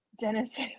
Dennis